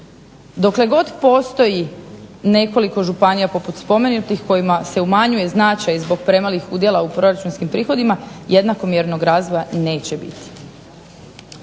Dokle god postoji nekoliko županija poput spomenutih kojima se umanjuje značaj zbog premalih udjela u proračunskim prihodima jednakomjernog razvoja neće biti.